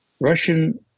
Russian